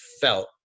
felt